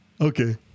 Okay